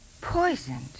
Poisoned